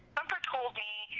told me